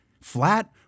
Flat